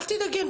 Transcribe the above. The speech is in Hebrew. אל תדאגי,